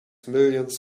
millions